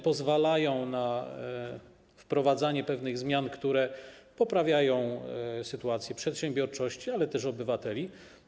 Pozwalają na wprowadzanie zmian, które poprawiają sytuację przedsiębiorczości, ale też obywateli.